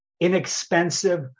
inexpensive